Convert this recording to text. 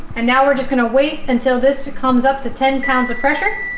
and now we're just going to wait until this comes up to ten pounds of pressure